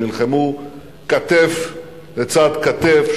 הם נלחמו כתף לצד כתף,